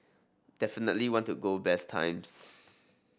definitely want to go best times